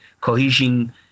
cohesion